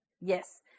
Yes